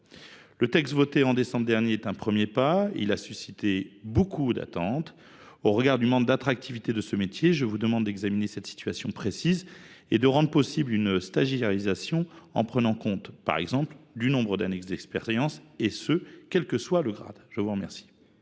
Le texte voté en décembre dernier est un premier pas, et il a suscité beaucoup d’attentes. Au regard de la faible attractivité de ce métier, je vous demande d’examiner cette situation précise et de rendre possible une stagiairisation, en prenant en compte, par exemple, le nombre d’années d’expérience, et ce quel que soit le grade. La parole